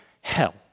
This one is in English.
hell